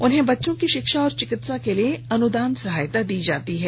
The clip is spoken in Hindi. उन्हें बच्चों की शिक्षा और चिकित्सा के लिए अनुदान सहायता दी जाती है